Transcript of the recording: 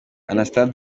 anastase